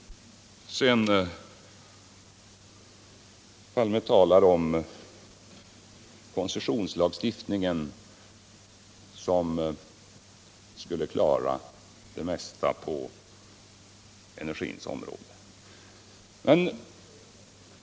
Olof Palme talar om koncessionslagstiftningen, som skulle klara det mesta på energins område.